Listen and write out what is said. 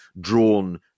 drawn